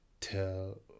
tell